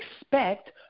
expect